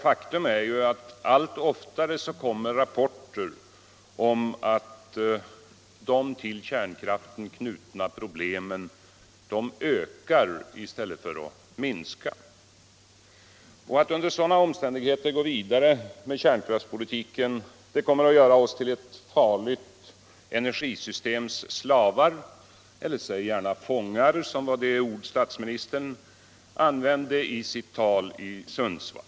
Faktum är ju att det allt oftare kommer rapporter om att de till kärnkraften knutna problemen ökar i stället för att minska. Att under sådana omständigheter gå vidare med kärnkraftspolitiken kommer att göra oss till ett farligt energisystems slavar — eller säg gärna fångar, som var det ord statsministern använde i sitt tal i Sundsvall.